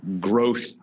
growth